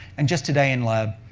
and just today in lab,